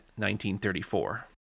1934